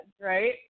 right